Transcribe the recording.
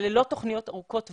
ללא תוכניות ארוכות טווח,